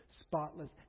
spotless